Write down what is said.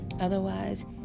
otherwise